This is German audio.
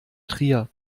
trier